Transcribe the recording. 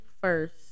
first